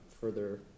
further